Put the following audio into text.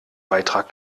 beitrag